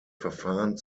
verfahren